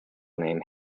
name